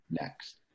next